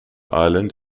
island